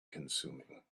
consuming